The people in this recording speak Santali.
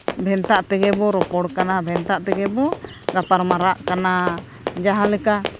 ᱵᱷᱮᱱᱛᱟ ᱛᱮᱜᱮ ᱵᱚ ᱨᱚᱯᱚᱲ ᱠᱟᱱᱟ ᱵᱷᱮᱱᱛᱟ ᱛᱮᱜᱮ ᱵᱚ ᱜᱟᱯᱟᱞᱢᱟᱨᱟᱜ ᱠᱟᱱᱟ ᱡᱟᱦᱟᱸᱞᱮᱠᱟ